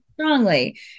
strongly